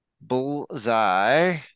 Bullseye